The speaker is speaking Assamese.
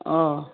অঁ